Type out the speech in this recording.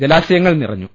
ജലാശയങ്ങൾ നിറഞ്ഞു